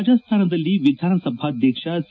ರಾಜಸ್ತಾನದಲ್ಲಿ ವಿಧಾನಸಭಾಧ್ಯಕ್ಷ ಸಿ